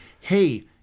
hey